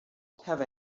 have